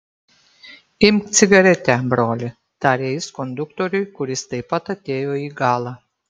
imk cigaretę broli tarė jis konduktoriui kuris taip pat atėjo į galą